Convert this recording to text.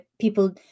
people